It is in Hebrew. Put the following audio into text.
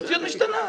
המציאות משתנה.